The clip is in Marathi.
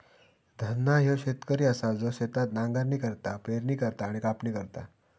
धन्ना ह्यो शेतकरी असा जो शेतात नांगरणी करता, पेरणी करता आणि कापणी करता